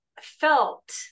felt